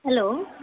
hello